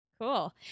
Cool